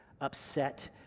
upset